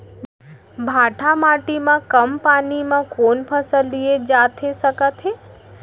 भांठा माटी मा कम पानी मा कौन फसल लिए जाथे सकत हे?